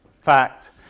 fact